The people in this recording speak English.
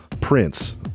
Prince